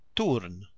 Turn